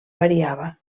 variava